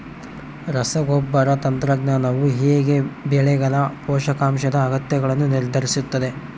ರಸಗೊಬ್ಬರ ತಂತ್ರಜ್ಞಾನವು ಹೇಗೆ ಬೆಳೆಗಳ ಪೋಷಕಾಂಶದ ಅಗತ್ಯಗಳನ್ನು ನಿರ್ಧರಿಸುತ್ತದೆ?